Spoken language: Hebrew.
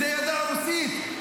זה ידע רוסית,